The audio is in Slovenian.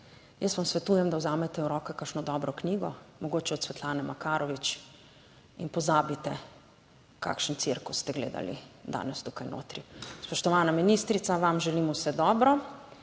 jaz vam svetujem, da vzamete v roke kakšno dobro knjigo, mogoče od Svetlane Makarovič in pozabite, kakšen cirkus ste gledali danes tukaj notri. Spoštovana ministrica, vam želim vse dobro.